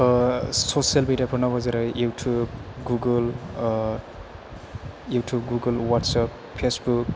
social मेडिफोराव जेरै YouTube Google YouTube Google WhatsApp Facebook